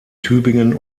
tübingen